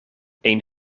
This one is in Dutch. een